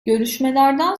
görüşmelerden